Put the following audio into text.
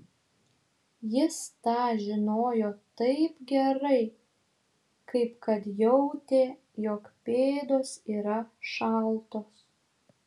jis tą žinojo taip gerai kaip kad jautė jog pėdos yra šaltos